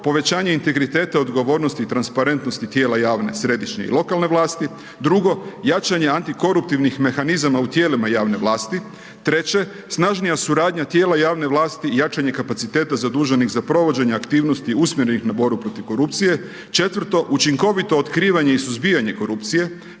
povećanje integriteta odgovornosti i transparentnosti tijela javne i središnje, lokalne vlasti, drugo, jačanje antikoruptivnih mehanizama u tijelima javne vlasti, treće, snažnija suradnja tijela javne vlasti i jačanje kapaciteta, zaduženih za provođenje aktivnosti, usmjerenih na borbu protiv korupcije. Četvrto, učinkovito otkrivanje i suzbijanje korupcije,